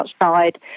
outside